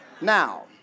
Now